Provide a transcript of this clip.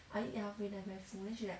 I eat halfway then I very full then she like